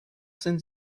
sind